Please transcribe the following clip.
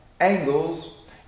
angles